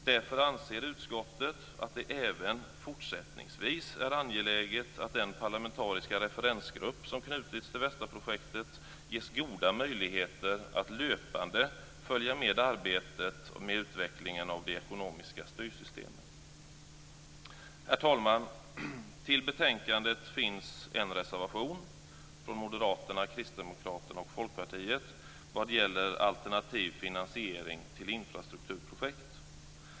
Därför anser utskottet att det även fortsättningsvis är angeläget att den parlamentariska referensgrupp som knutits till VESTA-projektet ges goda möjligheter att löpande följa arbetet med utvecklingen av de ekonomiska styrsystemen. Herr talman! Till betänkandet är fogat en reservation från Moderaterna, Kristdemokraterna och Folkpartiet vad gäller alternativ finansiering av infrastrukturprojekt.